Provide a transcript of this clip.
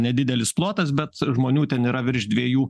nedidelis plotas bet žmonių ten yra virš dviejų